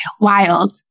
wild